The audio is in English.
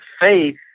faith